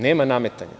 Nema nametanja.